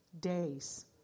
days